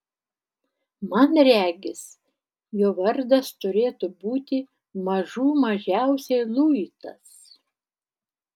man regis jo vardas turėtų būti mažų mažiausiai luitas